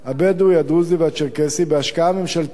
הבדואי, הדרוזי והצ'רקסי בהשקעה ממשלתית